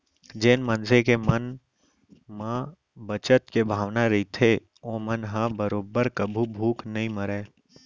जेन मनसे के म बचत के भावना रहिथे ओमन ह बरोबर कभू भूख नइ मरय